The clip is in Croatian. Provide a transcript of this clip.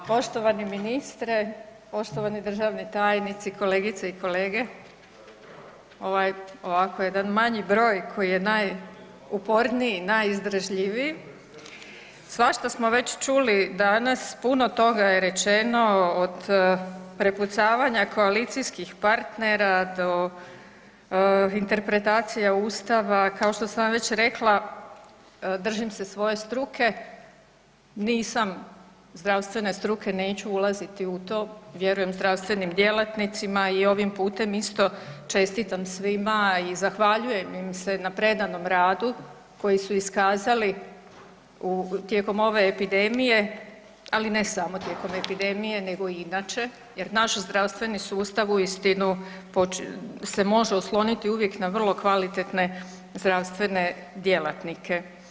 Poštovani ministre, poštovani državni tajnici, kolegice i kolege, ovaj ovako jedan manji broj koji je najuporniji, najizdržljiviji, svašta smo već čuli danas, puno toga je rečeno od prepucavanja koalicijskih partnera do interpretacija Ustava, kao što sam vam već rekla držim se svoje struke, nisam zdravstvene struke neću ulaziti u to vjerujem zdravstvenim djelatnicima i ovim putem isto čestitam svima i zahvaljujem im se na predanom radu koji su iskazali tijekom ove epidemije, ali ne samo tijekom epidemije nego i inače jer naš zdravstveni sustav uistinu se može osloniti uvijek na vrlo kvalitetne zdravstvene djelatnike.